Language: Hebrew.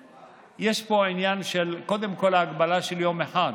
קודם כול, יש פה עניין ההגבלה ליום אחד.